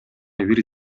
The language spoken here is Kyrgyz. бир